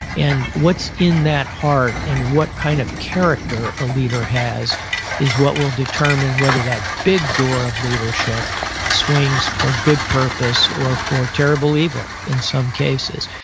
and what's in that heart, and what kind of character a leader has is what will determine whether that big door of leadership swings for good purpose or for terrible evil in some cases.